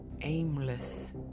aimless